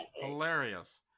Hilarious